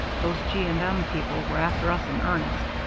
those g. and m. people were after us in earnest.